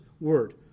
word